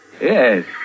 Yes